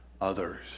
others